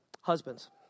Husbands